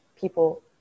people